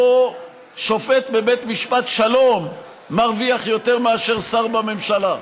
ששופט בבית משפט שלום מרוויח יותר מאשר שר בממשלה.